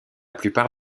plupart